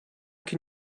can